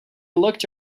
looked